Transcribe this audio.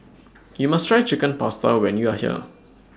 YOU must Try Chicken Pasta when YOU Are here